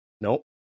Nope